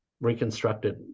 reconstructed